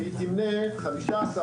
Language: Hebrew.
והיא תמנה 15 מיליון,